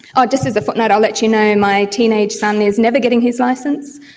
ah just as a footnote i'll let you know, my teenage son is never getting his licence.